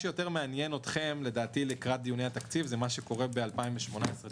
מה שיותר מעניין אתכם לקראת התקציב זה מה שקורה ב-2018-2019,